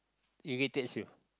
irritates you